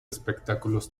espectáculos